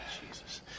Jesus